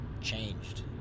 changed